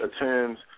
attends